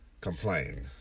complain